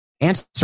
answer